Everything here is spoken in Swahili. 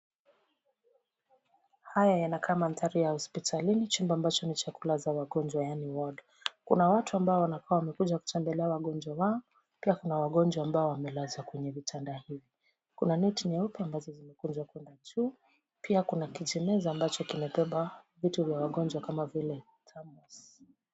Haya yanakaa mandhari ya hospitalini chumba ambacho ni cha kulaza wagonjwa yani ward .Kuna watu ambao wanakaa wamekuja kutembelea wagonjwa wao pia kuna wagonjwa ambao wamelazwa kwenye vitanda hivi. Kuna neti nyeupe ambazo zimekunjwa kwenda juu pia kuna kijimeza ambacho kimebeba vitu vya wagonjwa kama vile thermos .